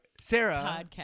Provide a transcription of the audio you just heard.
Sarah